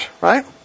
right